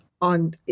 on